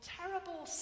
terrible